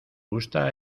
gusta